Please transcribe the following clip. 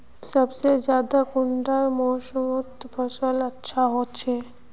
सबसे ज्यादा कुंडा मोसमोत फसल अच्छा होचे?